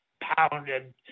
pounded